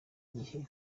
gihe